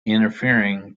interfering